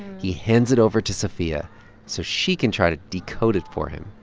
he hands it over to sophia so she can try to decode it for him.